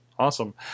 Awesome